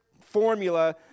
formula